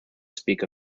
speak